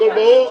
הכול ברור?